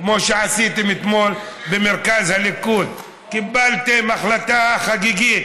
כמו שעשיתם אתמול במרכז הליכוד: קיבלתם החלטה חגיגית